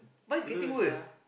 blur sia